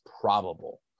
probable